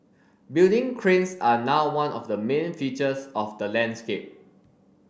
building cranes are now one of the main features of the landscape